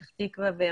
בפתח תקוה ובהרצליה.